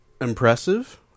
Impressive